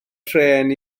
trên